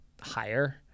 higher